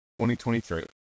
2023